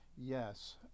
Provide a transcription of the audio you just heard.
Yes